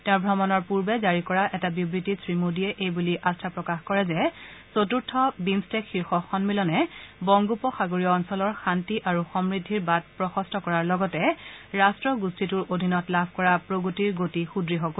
তেওঁৰ ভ্ৰমণৰ পূৰ্বে জাৰি কৰা এটা বিবৃতিত শ্ৰীমোদীয়ে এইবুলি আস্থা প্ৰকাশ কৰে যে চতুৰ্থ সংখ্যক বিমট্টেক শীৰ্ষ সম্মিলনে বংগোপসাগৰীয় অঞ্চলৰ শান্তি আৰু সমৃদ্ধিৰ বাট প্ৰশস্ত কৰাৰ লগতে ৰাট্টগোষ্ঠীটোৰ অধীনত লাভ কৰা প্ৰগতিৰ গতি সুদ্য় কৰিব